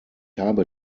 habe